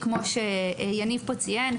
כמו שיניב ציין.